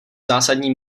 zásadní